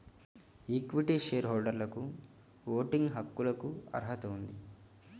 equity share హోల్డర్లకుఓటింగ్ హక్కులకుఅర్హత ఉంది